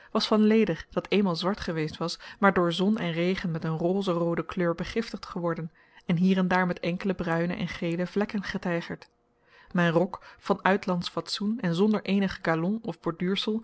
was van leder dat eenmaal zwart geweest was maar door zon en regen met een roze roode kleur begiftigd geworden en hier en daar met enkele bruine en gele vlekken getijgerd mijn rok van uitlandsch fatsoen en zonder eenig galon of